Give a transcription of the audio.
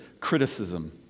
criticism